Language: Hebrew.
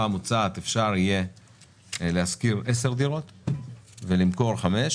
המוצעת אפשר יהיה להשכיר 10 דירות ולמכור 5,